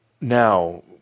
now –